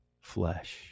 flesh